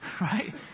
Right